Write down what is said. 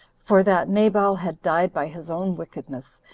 for that nabal had died by his own wickedness,